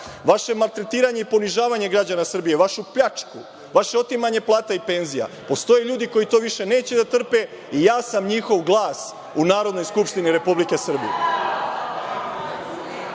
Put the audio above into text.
vaše maltretiranje i ponižavanje građana Srbije, vašu pljačku, vaše otimanje plata i penzija. Postoje ljudi koji to više neće da trpe i ja sam njihov glas u Narodnoj skupštini Republike Srbije.